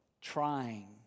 trying